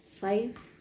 five